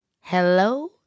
hello